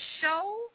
show